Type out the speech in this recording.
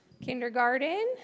Kindergarten